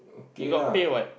you got pay what